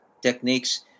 techniques